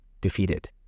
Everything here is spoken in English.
defeated